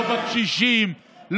לא בקשישים.